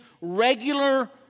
regular